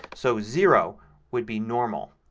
so zero would be normal.